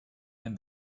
and